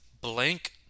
blank